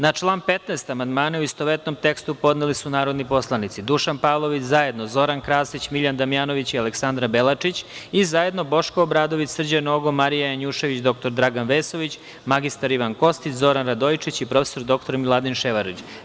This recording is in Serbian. Na član 15. amandmane, u istovetnom tekstu, podneli su narodni poslanici Dušan Pavlović, zajedno Zoran Krasić, Miljan Damjanović i Aleksandra Belačić i zajedno Boško Obradović, Srđan Nogo, Marija Janjušević, dr Dragan Vesović, mr Ivan Kostić, Zoran Radojičić i prof. dr Miladin Ševarlić.